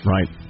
Right